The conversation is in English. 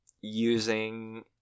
using